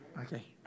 Okay